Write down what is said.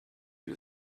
who